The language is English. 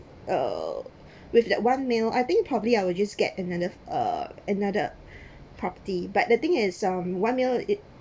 uh with that one mil I think probably I will just get another uh another property but the thing is um one mil it